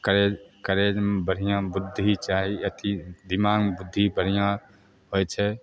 करै करै बढ़िआँ बुद्धि चाही अथी दिमागमे बुद्धि बढ़िआँ होइ छै